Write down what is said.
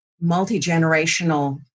multi-generational